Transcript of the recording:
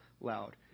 loud